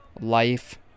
Life